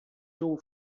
州府